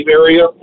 area